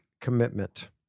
commitment